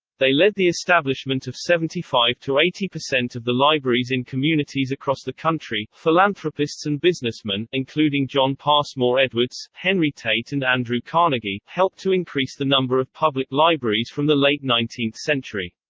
they led the establishment of seventy five eighty percent of the libraries in communities across the country philanthropists and businessmen, including john passmore edwards, henry tate and andrew carnegie, helped to increase the number of public libraries from the late nineteenth century.